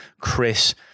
Chris